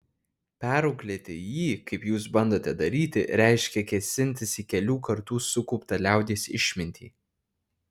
perauklėti jį kaip jūs bandote daryti reiškia kėsintis į kelių kartų sukauptą liaudies išmintį